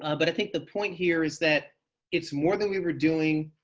um but i think the point here is that it's more than we were doing,